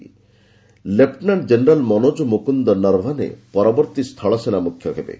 army chief lieutenant general Manoj Mukund Naravane ପରବର୍ତ୍ତି ସ୍କୁଳସେନା ମୁଖ୍ୟ ହେବେ